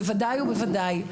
בוודאי ובוודאי,